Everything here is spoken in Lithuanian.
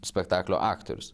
spektaklio aktorius